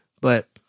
But-